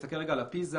נסתכל על הפיז"ה,